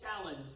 challenge